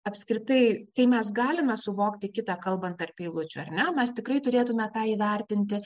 apskritai mes galime suvokti kitą kalbant tarp eilučių ar ne mes tikrai turėtume tą įvertinti